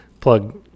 plug